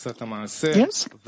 Yes